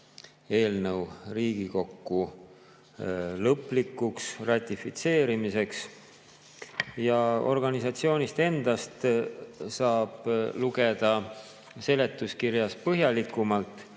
eelnõu Riigikokku lõplikuks ratifitseerimiseks. Organisatsioonist endast saab lugeda seletuskirjast põhjalikumalt.